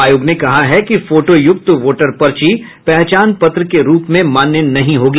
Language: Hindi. आयोग ने कहा है कि फोटोयुक्त वोटर पर्ची पहचान पत्र के रूप में मान्य नहीं होगा